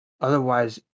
Otherwise